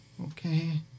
Okay